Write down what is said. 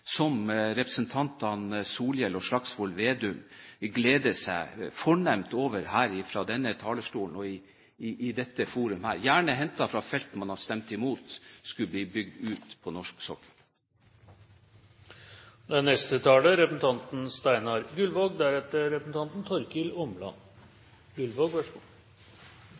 som representantene Solhjell og Slagsvold Vedum gleder seg fornemt over her fra denne talerstolen og i dette forumet, gjerne hentet fra felt man har stemt imot skulle bli bygd ut på norsk